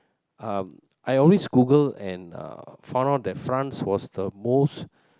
uh I always Google and uh found out that France was the most